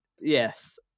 Yes